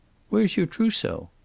where's your trousseau?